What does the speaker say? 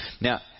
Now